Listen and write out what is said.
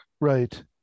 Right